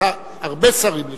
הרבה שרים לשעבר,